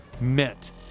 meant